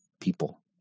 people